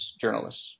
journalists